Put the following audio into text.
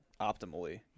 optimally